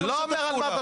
אותן,